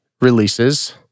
releases